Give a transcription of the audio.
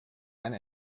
eine